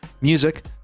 music